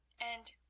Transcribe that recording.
and